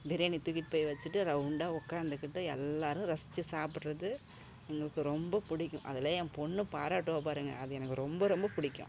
பிரியாணியை தூக்கிட்டு போய் வச்சுட்டு ரவுண்டாக உக்காந்துக்கிட்டு எல்லோரும் ரசித்து சாப்பிட்றது எங்களுக்கு ரொம்ப பிடிக்கும் அதில் என் பெண்ணு பாராட்டுவா பாருங்கள் அது எனக்கு ரொம்ப ரொம்ப பிடிக்கும்